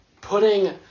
putting